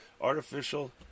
Artificial